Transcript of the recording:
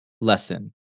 lesson